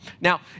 Now